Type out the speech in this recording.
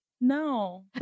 No